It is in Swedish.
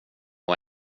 och